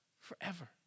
forever